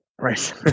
right